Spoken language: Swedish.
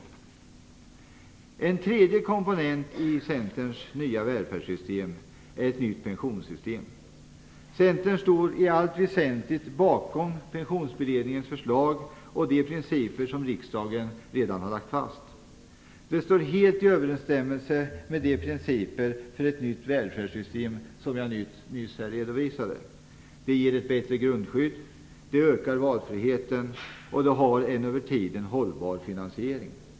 Den tredje komponenten i Centerns nya välfärdssystem är ett nytt pensionssystem. Centern står i allt väsentligt bakom Pensionsberednings förslag och de principer som riksdagen lagt fast. Det står helt i överenstämmelse med de principer för ett nytt välfärdssystem som jag nyss redovisade. Det ger ett bättre grundskydd, det ökar valfriheten och det har en över tiden hållbar finansiering.